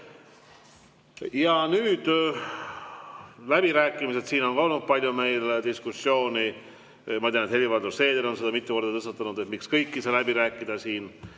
nüüd läbirääkimised. Siin on ka olnud palju meil diskussiooni. Ma tean, et Helir-Valdor Seeder on seda teemat mitu korda tõstatanud, et miks kõik ei saa läbi rääkida siin.